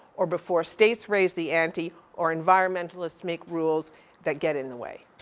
or before states raise the ante, or environmentalists make rules that get in the way.